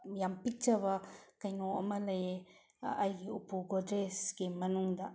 ꯌꯥꯝ ꯄꯤꯛꯆꯕ ꯀꯩꯅꯣ ꯑꯃ ꯂꯩꯌꯦ ꯑꯩꯒꯤ ꯎꯄꯨ ꯒꯣꯗ꯭ꯔꯦꯁꯀꯤ ꯃꯅꯨꯡꯗ